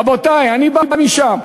רבותי, אני בא משם.